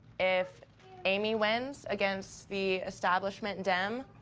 if amy wins against the establishment dem,